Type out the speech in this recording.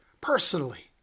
personally